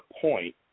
point